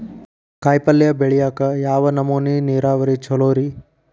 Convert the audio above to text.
ಕಾಯಿಪಲ್ಯ ಬೆಳಿಯಾಕ ಯಾವ್ ನಮೂನಿ ನೇರಾವರಿ ಛಲೋ ರಿ?